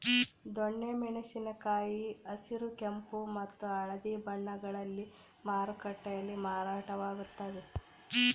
ದೊಣ್ಣೆ ಮೆಣಸಿನ ಕಾಯಿ ಹಸಿರು ಕೆಂಪು ಮತ್ತು ಹಳದಿ ಬಣ್ಣಗಳಲ್ಲಿ ಮಾರುಕಟ್ಟೆಯಲ್ಲಿ ಮಾರಾಟವಾಗುತ್ತವೆ